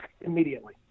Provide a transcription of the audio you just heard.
immediately